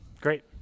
great